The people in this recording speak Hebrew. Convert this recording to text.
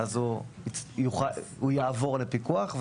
אז הוא יעבור לפיקוח.